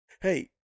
Hey